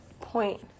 point